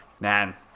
man